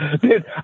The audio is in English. Dude